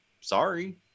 sorry